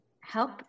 help